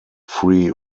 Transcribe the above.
free